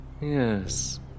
Yes